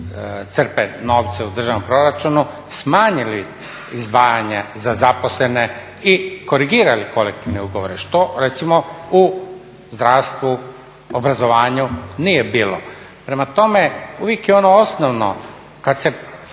crpe novce u državnom proračunu smanjili izdvajanja za zaposlene i korigirali kolektivne ugovore što recimo u zdravstvu, obrazovanju nije bilo. Prema tome, uvijek je ono osnovno kad se